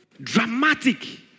Dramatic